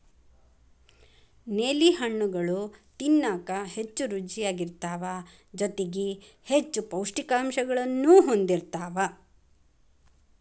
ನೇಲಿ ಹಣ್ಣುಗಳು ತಿನ್ನಾಕ ಹೆಚ್ಚು ರುಚಿಯಾಗಿರ್ತಾವ ಜೊತೆಗಿ ಹೆಚ್ಚು ಪೌಷ್ಠಿಕಾಂಶಗಳನ್ನೂ ಹೊಂದಿರ್ತಾವ